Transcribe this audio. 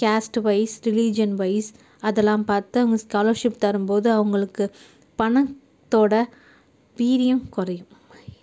castewise religionwise அதெல்லாம் பார்த்து அவங்க ஸ்காலஷிப் தரும்போது அவங்களுக்கு பணத்தோட வீரியம் குறையும்